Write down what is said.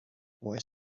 boy